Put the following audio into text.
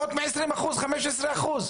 אתם